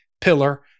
pillar